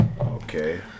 Okay